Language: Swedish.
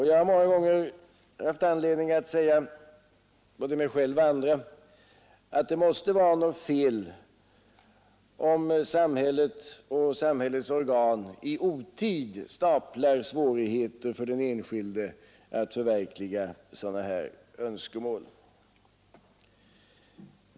Jag har många gånger haft anledning att säga både till mig själv och andra att det måste vara något fel om samhället och samhällets organ i otid staplar svårigheter för den enskilde att förverkliga sådana här önskemål.